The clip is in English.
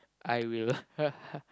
I will